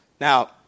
Now